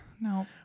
no